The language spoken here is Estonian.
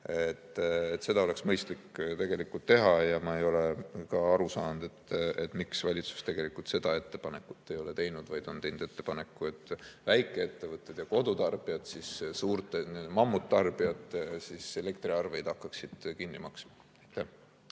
Seda oleks mõistlik teha ja ma ei ole ka aru saanud, miks valitsus seda ettepanekut ei ole teinud, vaid on teinud ettepaneku, et väikeettevõtted ja kodutarbijad suurte mammuttarbijate elektriarveid hakkaksid kinni maksma.